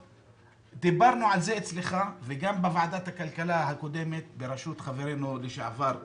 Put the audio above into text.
דיברנו על זה אצלך וגם בוועדת הכלכלה הקודמת בראשות חברנו לשעבר איתן,